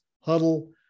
Huddle